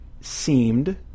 seemed